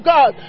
God